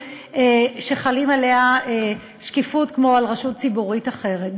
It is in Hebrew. שמחילים עליה שקיפות כמו על רשות ציבורית אחרת.